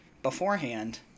beforehand